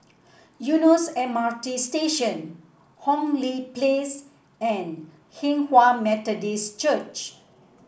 Eunos M R T Station Hong Lee Place and Hinghwa Methodist Church